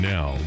Now